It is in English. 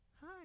hi